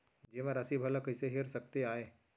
जेमा राशि भला कइसे हेर सकते आय?